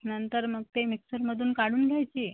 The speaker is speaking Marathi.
नंतर मग ते मिक्सरमधून काढून घ्यायची